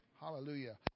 Hallelujah